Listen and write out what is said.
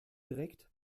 direkt